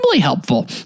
helpful